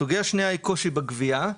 סוגיה שנייה קושי בגבייה.